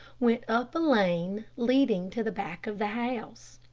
went up a lane leading to the back of the house.